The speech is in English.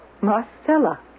Marcella